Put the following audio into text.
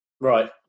right